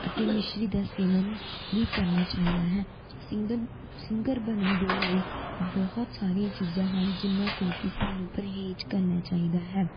ਅਤੇ ਮਿਸ਼ਰੀ ਦਾ ਸੇਵਨ ਵੀ ਕਰਨਾ ਚਾਹੀਦਾ ਹੈ ਸਿੰਗਲ ਸਿੰਗਰ ਬਣਨ ਦੇ ਲਈ ਬਹੁਤ ਸਾਰੀਆਂ ਚੀਜ਼ਾਂ ਹਨ ਜਿਹਨਾਂ ਤੋਂ ਕਿ ਸਾਨੂੰ ਪਰਹੇਜ਼ ਕਰਨਾ ਚਾਹੀਦਾ ਹੈ